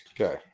Okay